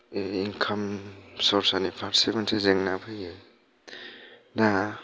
income सर्सानिफारसे मोनसे जेंना फैयो दा